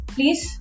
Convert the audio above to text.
Please